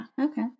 Okay